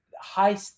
high